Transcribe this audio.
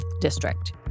District